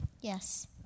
yes